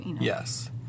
Yes